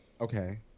okay